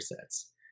sets